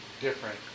different